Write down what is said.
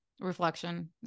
reflection